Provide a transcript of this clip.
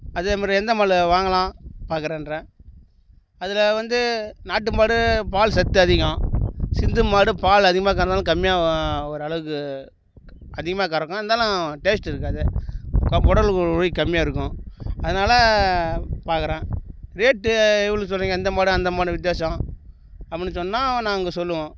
அதேமாதிரி எந்த மாடு வாங்கலாம் பார்க்குறேன்றேன் அதில் வந்து நாட்டு மாடு பால் சத்து அதிகம் சிந்து மாடு பால் அதிகமாக கறந்தாலும் கம்மியாக ஒரளவுக்கு அதிகமாக கறக்கும் இருந்தாலும் டேஸ்ட் இருக்காது குடல் வழி கம்மியாக இருக்கும் அதனால் பார்க்கறேன் ரேட்டு எவ்வளோ சொல்கிறீங்க இந்த மாடு அந்த மாடு வித்தியாசம் அப்பிடின்னு சொன்னால் நாங்கள் சொல்லுவோம்